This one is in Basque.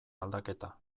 aldaketa